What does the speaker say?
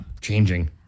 changing